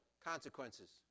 consequences